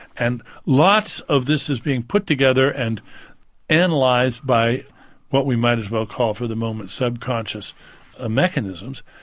and lots of this is being put together and analysed and like by what we might as well call for the moment sub-conscious ah mechanisms,